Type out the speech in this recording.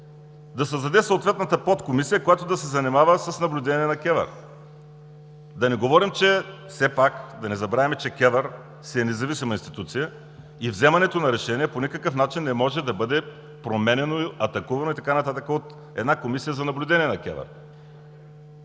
се създаде съответната подкомисия, която да се занимава с наблюдение на КЕВР. Да не забравяме все пак, че КЕВР си е независима институция и взимането на решения по никакъв начин не може да бъде променяно, атакувано и така нататък от една комисия за наблюдение на КЕВР.